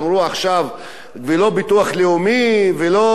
ולא ביטוח לאומי ולא מס הכנסה,